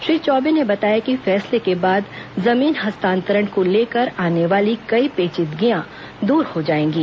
श्री चौबे ने बताया कि फैसले के बाद जमीन हस्तांतरण को लेकर आने वाली कई पेचिदगियां दूर हो जाएंगी